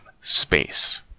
space